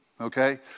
Okay